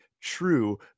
true